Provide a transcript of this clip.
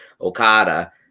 Okada